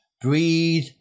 breathe